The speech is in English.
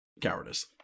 Cowardice